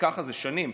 ככה זה שנים.